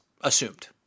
assumed